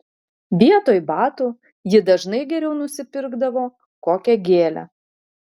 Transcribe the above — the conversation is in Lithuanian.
vietoj batų ji dažnai geriau nusipirkdavo kokią gėlę